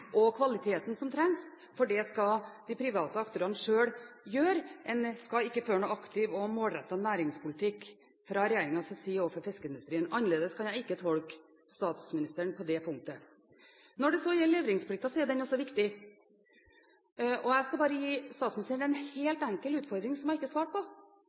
og kvaliteten som trengs, for det skal de private aktørene sjøl gjøre. En skal ikke føre en aktiv og målrettet næringspolitikk fra regjeringens side overfor fiskeindustrien. Annerledes kan jeg ikke tolke statsministeren på det punktet. Leveringsplikten er også viktig, og jeg skal gi statsministeren en helt enkel utfordring, som hun ikke svarte på: